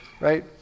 right